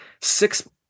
six